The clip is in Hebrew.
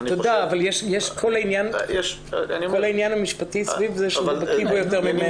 תודה אבל יש את כל העניין המשפטי שהוא בקי בו יותר ממני.